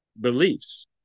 beliefs